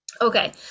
Okay